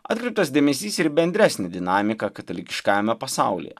atkreiptas dėmesys ir į bendresnę dinamiką katalikiškajame pasaulyje